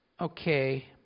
Okay